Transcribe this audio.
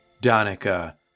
Donica